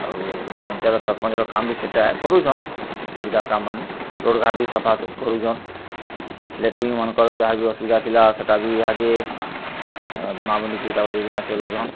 ଆଉ ଗୁଟେ ପଞ୍ଚାୟତ ସରପଞ୍ଚର କାମ୍ ସେଟା କରୁସନ୍ ସୁବିଧା କାମ୍ମାନେ ରୋଡ଼୍ଘାଟ୍ମାନେ ସଫା ସଫି କରୁସନ୍ ଲାଟିନ୍ମାନଙ୍କର ଯାହାବି ଅସୁବିଧା ଥିଲା ସେଟାବି ଇହାଦେ ବନାବନି ଯୋଜନା ଚଲଉଁସନ୍